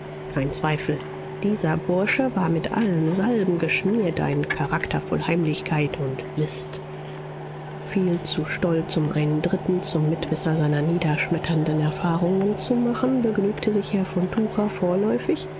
kein zweifel dieser bursche war mit allen salben geschmiert ein charakter voll heimlichkeit und list viel zu stolz um einen dritten zum mitwisser seiner niederschmetternden erfahrungen zu machen begnügte sich herr von